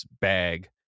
bag